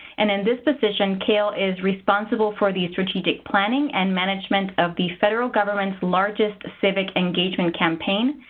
and in this position, kaile is responsible for the strategic planning and management of the federal government's largest civic engagement campaign,